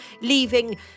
leaving